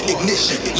Ignition